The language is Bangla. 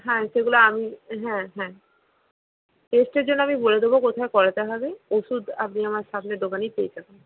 হ্যাঁ সেগুলো আমি হ্যাঁ হ্যাঁ টেস্টের জন্য আমি বলে দেব কোথায় করাতে হবে ওষুধ আপনি আমার সামনের দোকানেই পেয়ে যাবেন